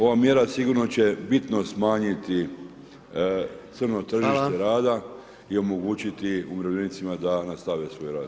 Ova mjera sigurno će bitno smanjiti crno tržište rada i omogućiti umirovljenicima da nastave svoj rad.